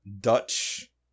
Dutch